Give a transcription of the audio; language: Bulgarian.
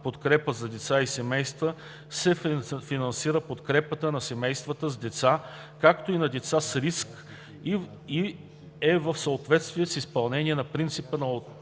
„Подкрепа за децата и семействата“ се финансира подкрепата на семействата с деца, както и на деца в риск, и е в съответствие с изпълнение на принципа за